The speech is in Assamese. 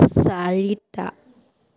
চাৰিটা